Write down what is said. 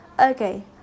Okay